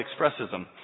expressism